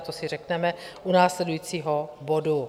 To si řekneme u následujícího bodu.